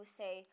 say